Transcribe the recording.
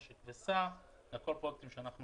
נשק וסע, הכול דברים שאנחנו